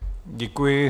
Děkuji.